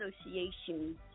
associations